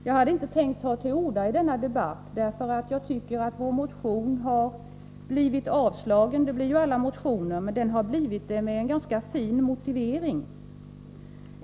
Jag hade inte tänkt ta till orda i denna debatt, därför att jag tycker att vår motion har blivit avstyrkt med en ganska fin motivering.